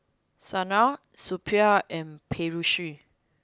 Saina Suppiah and Peyush